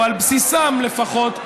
או על בסיסם לפחות,